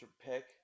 pick